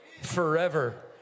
forever